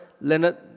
Leonard